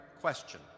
question